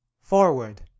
forward